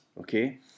okay